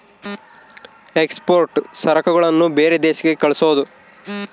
export ಸರಕುಗಳನ್ನ ಬೇರೆ ದೇಶಕ್ಕೆ ಕಳ್ಸೋದು